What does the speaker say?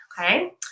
Okay